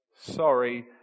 sorry